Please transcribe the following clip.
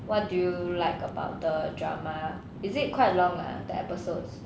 what do you like about the drama is it quite long ah the episodes